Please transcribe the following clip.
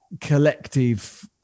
collective